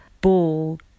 ball